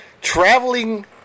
traveling